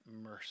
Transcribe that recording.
mercy